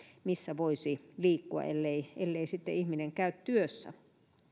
missä voisi liikkua ellei ellei sitten ihminen käy työssä